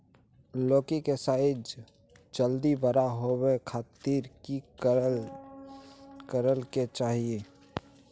लौकी के साइज जल्दी बड़ा होबे खातिर की करे के चाही?